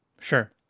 sure